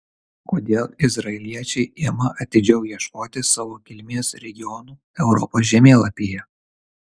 kodėl izraeliečiai ima atidžiau ieškoti savo kilmės regionų europos žemėlapyje